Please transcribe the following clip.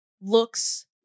looks